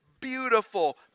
beautiful